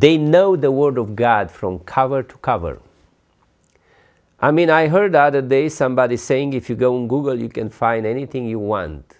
they know the word of god from cover to cover i mean i heard other day somebody saying if you go on google you can find anything you want